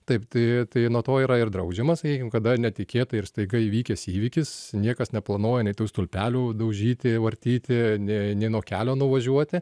taip tai tai nuo to yra ir draudžiama sakykim kada netikėtai ir staiga įvykęs įvykis niekas neplanuoja nei tų stulpelių daužyti vartyti nė nė nuo kelio nuvažiuoti